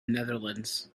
netherlands